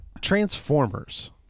transformers